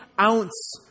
ounce